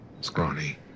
scrawny